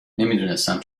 نمیدونستم